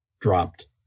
dropped